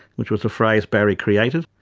which was a phrase barry created.